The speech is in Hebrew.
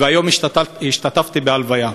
והיום השתתפתי בהלוויה.